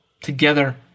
together